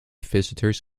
visitors